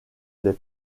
des